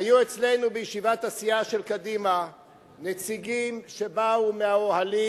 היו אצלנו בישיבת הסיעה של קדימה נציגים שבאו מהאוהלים,